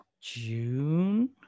june